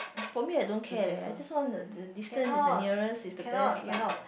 for me I don't care leh I just want the the distance is the nearest is best lah